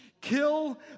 Kill